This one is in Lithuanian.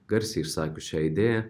garsiai išsakius šią idėją